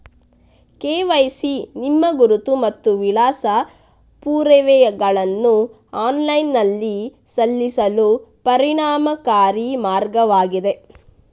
KYC ನಿಮ್ಮ ಗುರುತು ಮತ್ತು ವಿಳಾಸ ಪುರಾವೆಗಳನ್ನು ಆನ್ಲೈನಿನಲ್ಲಿ ಸಲ್ಲಿಸಲು ಪರಿಣಾಮಕಾರಿ ಮಾರ್ಗವಾಗಿದೆ